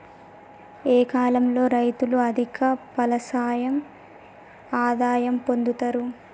ఏ కాలం లో రైతులు అధిక ఫలసాయం ఆదాయం పొందుతరు?